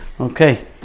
Okay